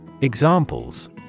Examples